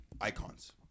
icons